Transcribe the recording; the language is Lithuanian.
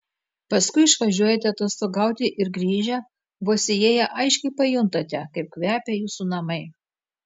paskui išvažiuojate atostogauti ir grįžę vos įėję aiškiai pajuntate kaip kvepia jūsų namai